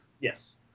Yes